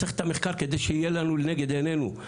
צריך את המחקר כדי שיהיה לנו לנגד עינינו,